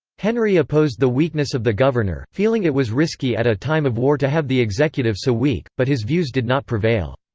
henry opposed the weakness of the governor, feeling it was risky at a time of war to have the executive so weak, but his views did not prevail.